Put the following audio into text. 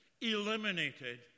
eliminated